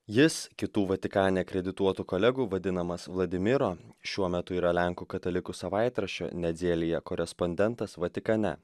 jis kitų vatikane akredituotų kolegų vadinamas vladimiro šiuo metu yra lenkų katalikų savaitraščio nedzielje korespondentas vatikane